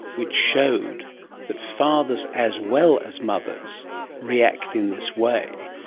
which showed that fathers as well as mothers react in this way.